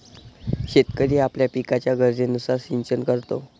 शेतकरी आपल्या पिकाच्या गरजेनुसार सिंचन करतो